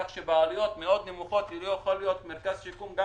כך שבעלויות נמוכות מאוד יוכל להיות מרכז שיקום גם